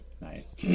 nice